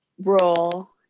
role